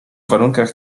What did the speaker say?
warunkach